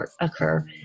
occur